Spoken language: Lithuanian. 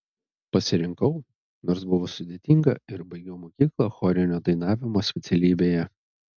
pasirinkau nors buvo sudėtinga ir baigiau mokyklą chorinio dainavimo specialybėje